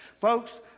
folks